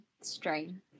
Strain